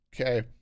okay